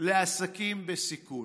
לעסקים בסיכון.